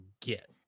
get